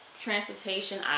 transportation